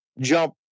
Jump